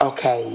Okay